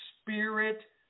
spirit